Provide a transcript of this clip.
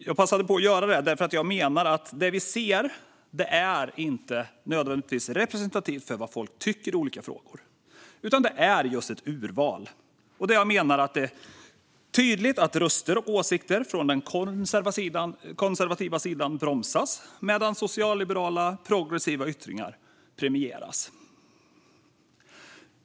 Jag passade på att göra det därför att jag menar att det vi ser inte nödvändigtvis är representativt för vad folk tycker i olika frågor. Det är ett urval, där jag menar att det är tydligt att röster och åsikter från den konservativa sidan bromsas medan socialliberala och progressiva yttringar premieras.